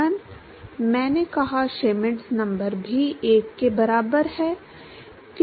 मैंने कहा Schmidt number भी 1 के बराबर है